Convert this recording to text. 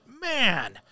man